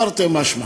תרתי משמע.